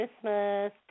Christmas